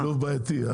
שילוב בעייתי?